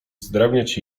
zdrabniać